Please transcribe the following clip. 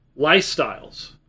lifestyles